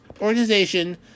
organization